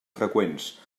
freqüents